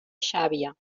xàbia